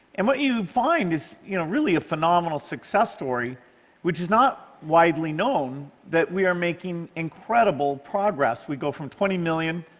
and what you find is you know really a phenomenal success story which is not widely known, that we are making incredible progress. we go from twenty million